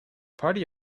party